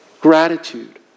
gratitude